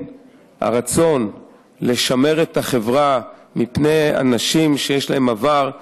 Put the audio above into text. הרצון לשמור על החברה מפני אנשים שיש להם עבר,